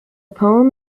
poem